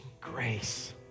grace